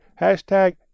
hashtag